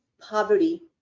poverty